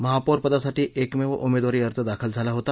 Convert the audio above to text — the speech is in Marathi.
महापौरपदासाठी क्रिमेव उमेदवारी अर्ज दाखल झाला होता